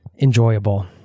enjoyable